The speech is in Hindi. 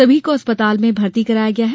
सभी को अस्पताल में भर्ती कराया गया है